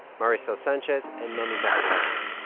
maricel sanchez and mami takahashi.